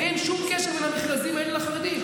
אין שום קשר בין המכרזים האלה לחרדים.